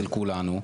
אצל כולנו,